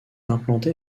implanté